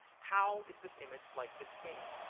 how is this image like this game?